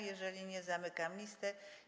Jeżeli nie, zamykam listę.